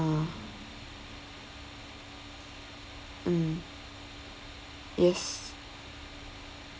mm yes